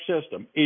system